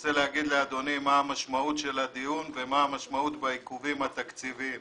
רוצה לומר לאדוני מה המשמעות של הדיון ומה המשמעות בעיכובים התקציביים.